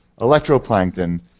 Electroplankton